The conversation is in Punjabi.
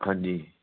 ਹਾਂਜੀ